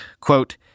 Quote